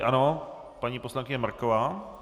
Ano, paní poslankyně Marková.